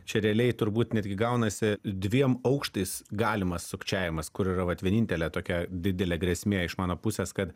čia realiai turbūt netgi gaunasi dviem aukštais galimas sukčiavimas kur yra vat vienintelė tokia didelė grėsmė iš mano pusės kad